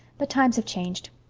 but times have changed.